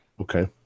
Okay